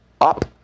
up